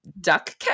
duck